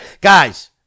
Guys